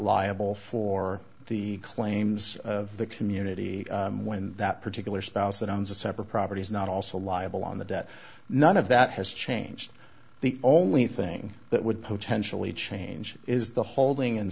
liable for the claims of the community when that particular spouse that owns a separate property is not also liable on the debt none of that has changed the only thing that would potentially change is the holding in